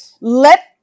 let